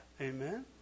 Amen